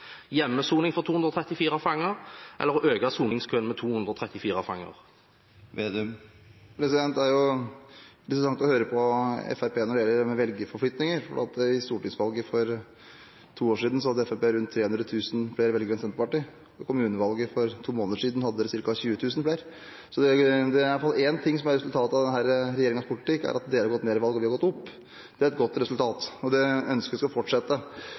hjemmesoning for 234 fanger eller å øke soningskøen med 234 fanger. Det er interessant å høre på Fremskrittspartiet når det gjelder dette med velgerforflytninger. I stortingsvalget for to år siden hadde Fremskrittspartiet rundt 300 000 flere velgere enn Senterpartiet. Ved kommunevalget for tre måneder siden hadde de ca. 20 000 flere. De er iallfall én ting som er resultatet av denne regjeringens politikk, og det er at Fremskrittspartiet har gått ned ved valg, og vi har gått opp. Det er et godt resultat, og den utviklingen ønsker jeg skal fortsette. Vi mener helt oppriktig at det er feil å